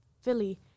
Philly